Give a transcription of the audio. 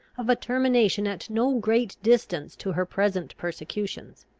of a termination at no great distance to her present persecutions.